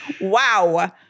Wow